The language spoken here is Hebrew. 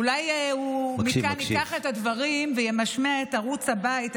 אולי מכאן הוא ייקח את הדברים וימשמע את ערוץ הבית,